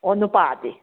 ꯑꯣ ꯅꯨꯄꯥꯗꯤ